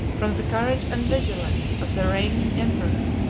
from the courage and vigilance of the reigning emperor,